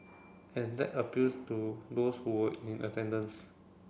and that appeals to those who were in attendance